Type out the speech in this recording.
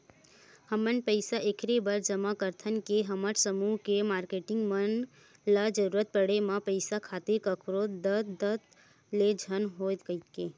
हमन पइसा ऐखरे बर जमा करथन के हमर समूह के मारकेटिंग मन ल जरुरत पड़े म पइसा खातिर कखरो दतदत ले झन होवय कहिके